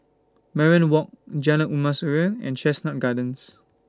Mariam Walk Jalan Emas Urai and Chestnut Gardens